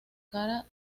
kara